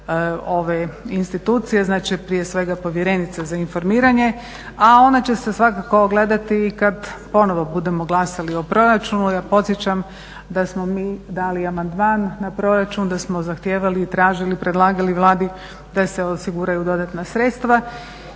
ove institucije, znači prije svega povjerenice za informiranje a ona će se svakako ogledati i kada ponovno budemo glasali o proračunu. Ja podsjećam da smo mi dali amandman na proračun, da smo zahtijevali i tražili, predlagali Vladi da se osiguraju dodatna sredstva.